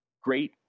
great